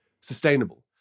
sustainable